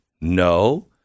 No